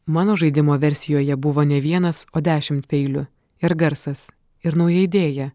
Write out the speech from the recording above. mano žaidimo versijoje buvo ne vienas o dešimt peilių ir garsas ir nauja idėja